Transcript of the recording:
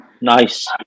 nice